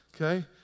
Okay